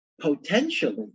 Potentially